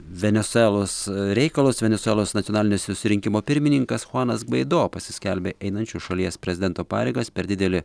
venesuelos reikalus venesuelos nacionalinio susirinkimo pirmininkas chuanas gvaido pasiskelbė einančiu šalies prezidento pareigas per didelį